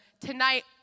tonight